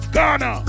Ghana